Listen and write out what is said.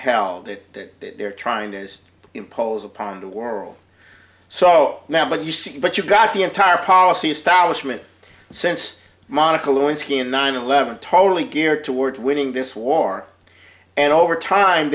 l that they're trying to is impose upon the world so now but you see but you've got the entire policy establishment since monica lewinsky and nine eleven totally geared towards winning this war and over time